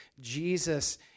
Jesus